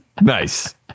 Nice